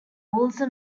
also